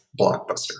Blockbuster